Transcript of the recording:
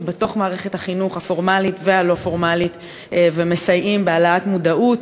בתוך מערכת החינוך הפורמלית והלא-פורמלית ומסייעים בהעלאת מודעות,